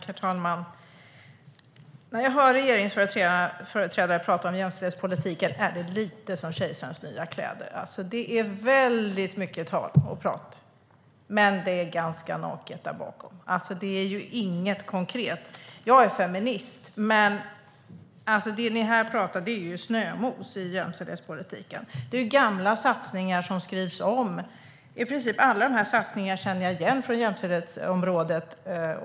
Herr talman! När jag hör regeringsföreträdare prata om jämställdhetspolitiken är det lite som kejsarens nya kläder. Det är väldigt mycket prat, men det är ganska naket bakom. Det finns inget konkret. Jag är feminist, men det som ni här säger i jämställdhetspolitiken är snömos. Det är ju gamla satsningar som skrivs om. Jag känner igen i princip alla satsningar på jämställdhetsområdet.